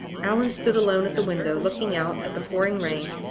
allan stood alone at the window, looking out at the pouring rain.